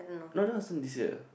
no that wasn't this year